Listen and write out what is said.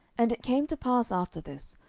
and it came to pass after this,